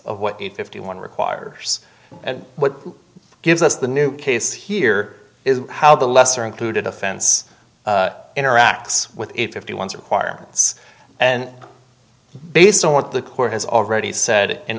of what you fifty one requires and what gives us the new case here is how the lesser included offense interacts with a fifty one's requirements and based on what the court has already said in